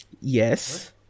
Yes